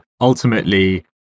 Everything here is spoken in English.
ultimately